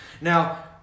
now